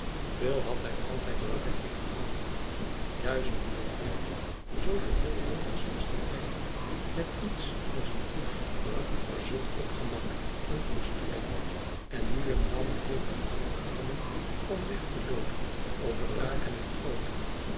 véel had hij altijd van bertie gehouden juist omdat bertie zoo geheel anders was dan hij met iets als een poes verzot op gemak en koestering en nu en dan hevig aangedrongen om weg te loopen over daken en goten